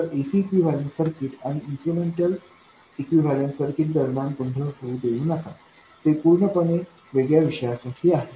तर ac equivalent circuit आणि incremental equivalent circuit दरम्यान गोंधळ होऊ देऊ नका ते पूर्णपणे वेगळ्या विषयासाठी आहे